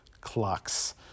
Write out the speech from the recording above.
clocks